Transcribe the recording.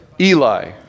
eli